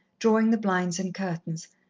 drawing the blinds and curtains,